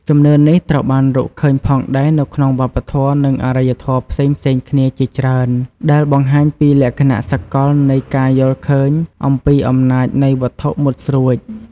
ជំនឿនេះត្រូវបានរកឃើញផងដែរនៅក្នុងវប្បធម៌ និងអរិយធម៌ផ្សេងៗគ្នាជាច្រើន ដែលបង្ហាញពីលក្ខណៈសកលនៃការយល់ឃើញអំពីអំណាចនៃវត្ថុមុតស្រួច